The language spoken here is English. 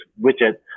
widget